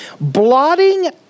Blotting